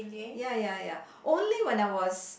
ya ya ya only when I was